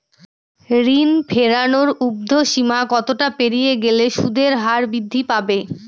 ঋণ ফেরানোর উর্ধ্বসীমা কতটা পেরিয়ে গেলে সুদের হার বৃদ্ধি পাবে?